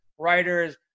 writers